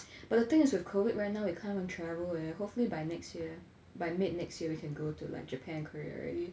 but the thing is with COVID right now you can't even travel eh hopefully by next year by mid next year we can go to like japan korea already